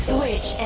Switch